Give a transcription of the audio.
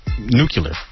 nuclear